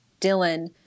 Dylan